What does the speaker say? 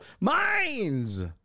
Minds